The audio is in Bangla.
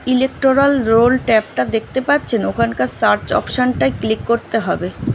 ইলেক্টোরাল রোল ট্যাবটা দেখতে পাচ্ছেন ওখানকার সার্চ অপশনটায় ক্লিক করতে হবে